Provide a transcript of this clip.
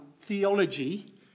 theology